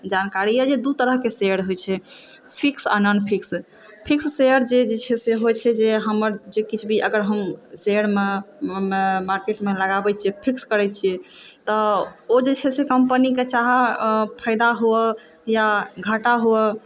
जानकारी अइ जे दू तरहके शेयर होइ छै फिक्स आओर नान फिक्स फिक्स शेयर जे जे छै से होइ छै जे हमर जे किछु भी अगर हम शेयरमे मार्केटमे लगाबै छियै फिक्स करै छियै तऽओ जे छै से कम्पनीके चाहे फायदा होवऽ या घाटा होवऽ